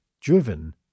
driven